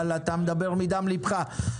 אבל אתה מדבר מדם ליבך.